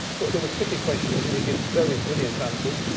but they were tricky questions and he gives very brilliant answers.